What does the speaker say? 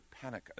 panic